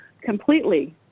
completely